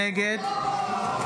נגד וואו,